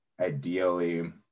ideally